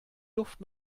luft